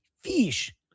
fish